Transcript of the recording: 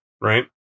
right